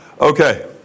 Okay